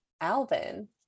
Alvin